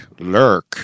lurk